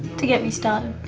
to get me started.